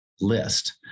list